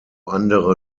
andere